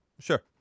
sure